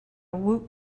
woot